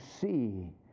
see